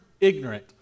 ignorant